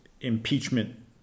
impeachment